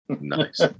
Nice